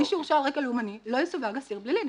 מי שהורשע על רקע לאומני לא יסווג אסיר פלילי,